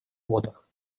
водах